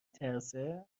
ترسه